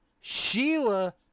Sheila